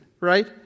right